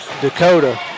Dakota